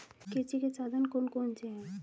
कृषि के साधन कौन कौन से हैं?